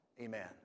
Amen